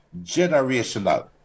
generational